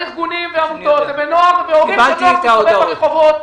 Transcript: ארגונים ועמותות ובנוער ובהורים של נוער שמסתובב ברחובות,